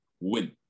win